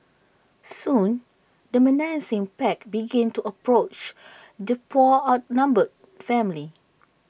soon the menacing pack began to approach the poor outnumbered family